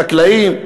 החקלאים?